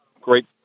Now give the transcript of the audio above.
great